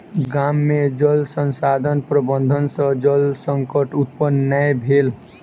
गाम में जल संसाधन प्रबंधन सॅ जल संकट उत्पन्न नै भेल